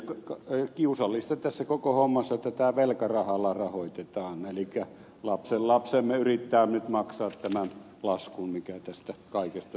niin ja kiusallista tässä koko hommassa on että tämä velkarahalla rahoitetaan elikkä lapsenlapsemme yrittävät nyt maksaa tämän laskun mikä tästä kaikesta seuraa